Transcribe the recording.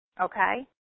Okay